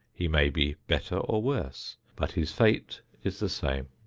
he may be better or worse, but his fate is the same.